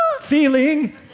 feeling